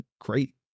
great